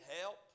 help